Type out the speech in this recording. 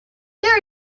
there